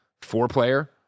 four-player